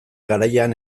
garaian